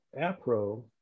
APRO